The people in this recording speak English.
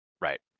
Right